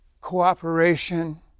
cooperation